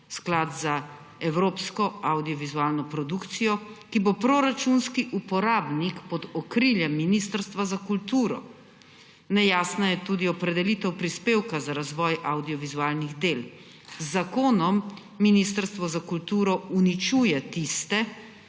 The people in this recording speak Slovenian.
Sklad za evropsko avdiovizualno produkcijo, ki bo proračunski uporabnik pod okriljem Ministrstva za kulturo. Nejasna je tudi opredelitev prispevka za razvoj avdiovizualnih del. Z zakonom Ministrstvo za kulturo uničuje tiste,